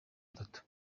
atatu